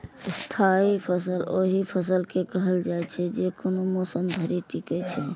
स्थायी फसल ओहि फसल के कहल जाइ छै, जे कोनो मौसम धरि टिकै छै